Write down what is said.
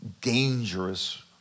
dangerous